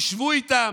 תשבו איתם,